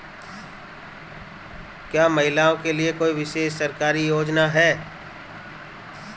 क्या महिलाओं के लिए कोई विशेष सरकारी योजना है?